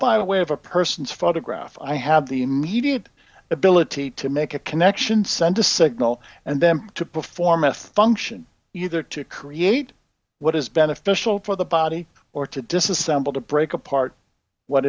by way of a person's photograph i have the immediate ability to make a connection send a signal and them to perform a function you're there to create what is beneficial for the body or to disassemble to break apart what